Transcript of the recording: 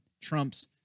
Trump's